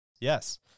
Yes